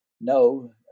no